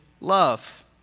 love